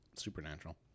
Supernatural